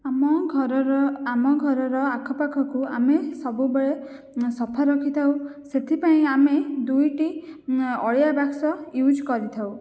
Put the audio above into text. ଆମ ଘରର ଆମ ଘରର ଆଖପାଖକୁ ଆମେ ସବୁବେଳେ ସଫା ରଖିଥାଉ ସେଥିପାଇଁ ଆମେ ଦୁଇଟି ଅଳିଆ ବାକ୍ସ ୟୁଜ କରିଥାଉ